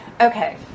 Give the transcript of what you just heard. Okay